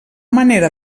manera